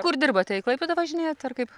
kur dirbate į klaipėdą važinėjat ar kaip